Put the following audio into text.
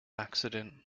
accident